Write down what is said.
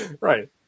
Right